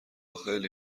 خیلی